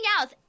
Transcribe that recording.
else